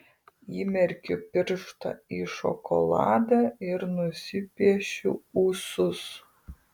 įmerkiu pirštą į šokoladą ir nusipiešiu ūsus